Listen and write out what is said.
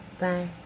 Bye